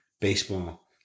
baseball